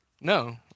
No